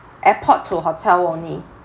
airport to hotel only